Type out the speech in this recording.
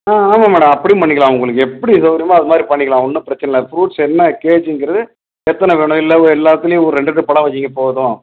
ஆ ஆமாம் மேடம் அப்படியும் பண்ணிக்கலாம் உங்களுக்கு எப்படி சௌரியமோ அது மாதிரி பண்ணிக்கலாம் ஒன்றும் பிரச்சின இல்லை ஃப்ரூட்ஸ் என்ன கேஜிங்கிறது எத்தனை வேணும் இல்லை வ எல்லாத்துலேயும் ஒரு ரெண்டு ரெண்டு பழம் வைங்க போதும்